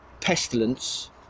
pestilence